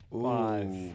Five